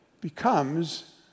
becomes